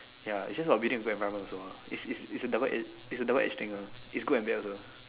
ya it's just for building a good environment also ah it's it's it's a double it's a double edge thing ah it's good and bad also